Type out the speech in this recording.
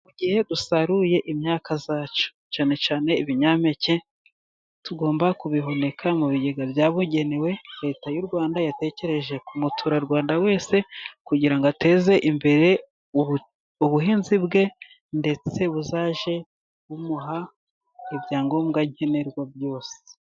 Mu gihe dusaruye imyaka yacu, cyane cyane ibinyampeke tugomba kubihunika mu bigega byabugenewe, leta y'u rwanda yatekereje ku muturarwanda wese, kugirango ateze imbere ubuhinzi bwe, ndetse buzajye bumuha ibyangombwa nkenerwa byose.